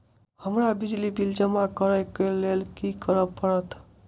हमरा बिजली बिल जमा करऽ केँ लेल की करऽ पड़त?